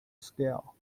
scale